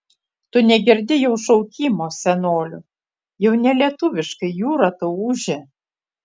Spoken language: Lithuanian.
tu negirdi jau šaukimo senolių jau ne lietuviškai jūra tau ūžia